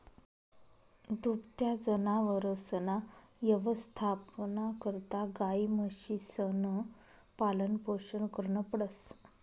दुभत्या जनावरसना यवस्थापना करता गायी, म्हशीसनं पालनपोषण करनं पडस